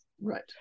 right